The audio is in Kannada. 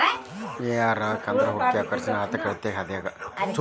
ಎಂ.ಐ.ಆರ್.ಆರ್ ಅಂದ್ರ ಹೂಡಿಕೆಯ ಆಕರ್ಷಣೆಯ ಆರ್ಥಿಕ ಅಳತೆ ಆಗ್ಯಾದ